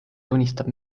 tunnistab